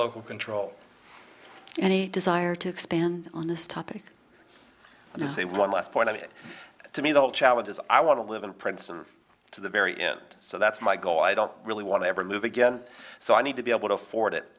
local control any desire to expand on this topic and you say one last point on it to me the whole challenge is i want to live in princeton to the very end so that's my goal i don't really want to ever move again so i need to be able to afford